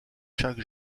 chaque